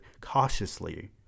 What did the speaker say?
cautiously